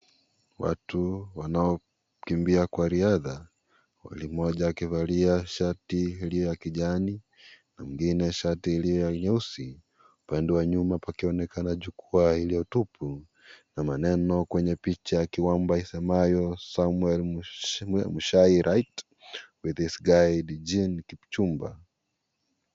Watu wanaokimbia kwa riadha mmoja kivalia shati likiwa la kijani mwingine shati ilio ya nyeusi, upande wa nyuma pakionekanan jukwaa iliotupu na maneno kwa kiwamba yasemayo Samuel Mushai right with his guide Jean Kipchumba.